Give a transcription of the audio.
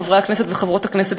חברי הכנסת וחברות הכנסת,